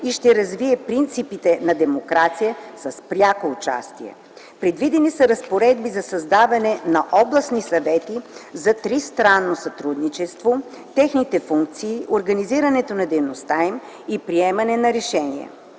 и ще развие принципите на демокрацията с пряко участие. Предвидени са разпоредби за създаването на областни съвети за тристранно сътрудничество, техните функции, организирането на дейността им и приемането на решения.